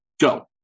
Go